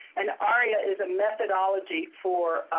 and aria is a methodology for